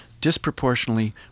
disproportionately